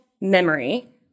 memory